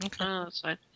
Okay